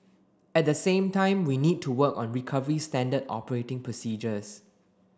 at the same time we need to work on recovery standard operating procedures